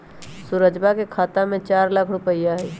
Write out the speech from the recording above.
सुरजवा के खाता में चार लाख रुपइया हई